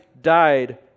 died